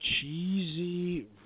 cheesy